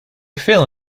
fill